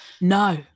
No